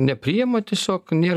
nepriima tiesiog nėr